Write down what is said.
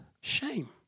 shame